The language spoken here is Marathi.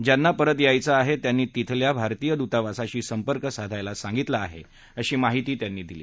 ज्यांना परत यायचं आहे त्यांना तिथल्या भारतीय दूतावासाशी संपर्क साधायला सांगितलं आहे अशी माहिती त्यांनी दिली